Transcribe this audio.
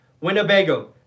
Winnebago